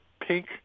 pink